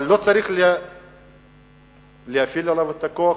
אבל לא צריך להפעיל עליו את הכוח,